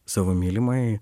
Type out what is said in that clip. savo mylimajai